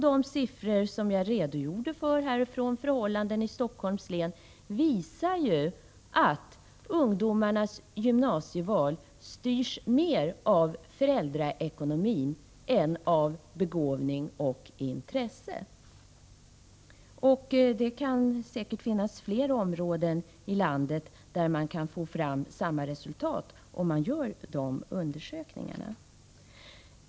De siffror som jag redovisade när det gäller förhållandena i Stockholms län ger ju vid handen att ungdomarnas gymnasieval styrs mer av föräldraekonomin än av begåvning och intresse. Och det finns säkert fler områden i landet där man får fram samma resultat, om man gör sådana här undersökningar.